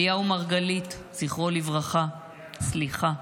אליהו מרגלית, זכרו לברכה, סליחה,